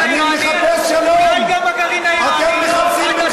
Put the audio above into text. אני מחפש שלום, אתם מחפשים מלחמה.